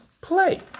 play